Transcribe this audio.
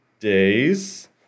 days